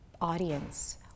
audience